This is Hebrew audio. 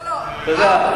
לא, לא, ארבע.